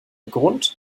grund